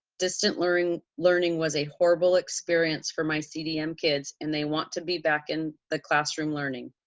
distant learning learning was a horrible experience for my cdm kids and they want to be back in the classroom learning,